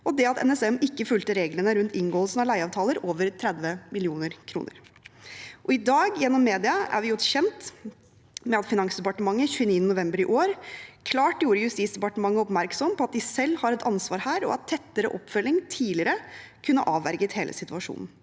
det at NSM ikke fulgte reglene rundt inngåelsen av leieavtaler over 30 mill. kr. I dag er vi gjennom media gjort kjent med at Finansdepartementet 29. november i år klart gjorde Justisdepartementet oppmerksom på at de selv har et ansvar her, og at tettere oppfølging tidligere kunne avverget hele situasjonen.